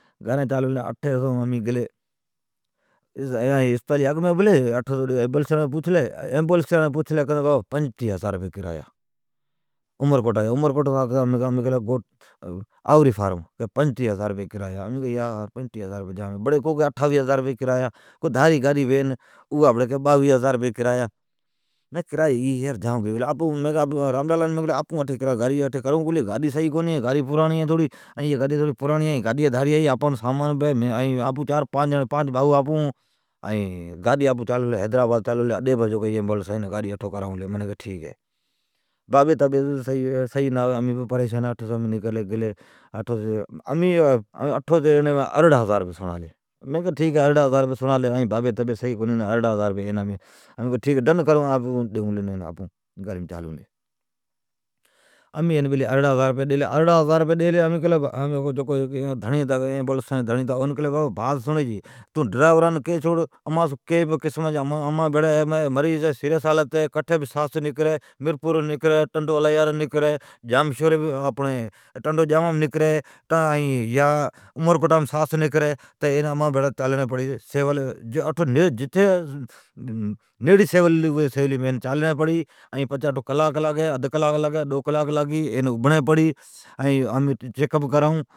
گھرین چالون لی ۔ اٹھیس امین گلی اسپتالی جی باھر ابھلی ،ایمبولینسین جی پوچھلی کی پینٹی ھزار روپئی کرایا ،عمرکوٹ، آھوری فارمان تائین پینٹی ھزار روپئی کرایا، امی کیلی یار پینٹی ھزار روپئی جام ھی ۔ بھڑی کو کی اٹھاوی ھزار روپئی کریا ۔ دھاری وین اوا بڑی باویھ ھزار روپئی کرایا ۔ مین کیلی ای کرایا جھام گئی پلی، راملالان کیلی گاڈی صحیح کون ھی ۔یا گاڈیا پراڑیا ھی۔ ائین دھاریا بھی ھی۔ آپان بھیڑا سامان بھی ہے۔ اپون چار پانچ بھائو ھون۔ مین کیلی آپون حیدرآباد اڈیم چالون لی اٹھوس گاڈی کرانی آئون لی۔ بابی جی طبعیت صحیح نا ھوی۔ امین پریشان۔ امین اٹھو سون نکرلی، اٹھو اوڑین ارڑھ ھزار روپئی سڑالین۔ ارڑھن ھزار روپئیم ڈن کرالی مین کی آپون ڈیئون لی۔ ایمبولنسی جا ڈرائیور ھتا اون امین کیلی بیلی بات سڑین چھی ،امان بھیڑا مریض ہے سیریس ھالتیم او جا جٹھی بی ساس نکری میرپوریم نکری، ٹنڈی الھیارام نکری، عمر کوٹام نکری این امان بھیڑی چالڑین پڑی جٹھی نیڑی ھوی ھوی اٹھو کلاک لاگی ادھ کلاک لاگی امین چیکب کرائون